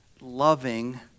loving